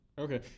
Okay